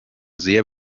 sehr